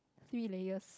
three layers